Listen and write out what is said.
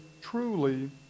truly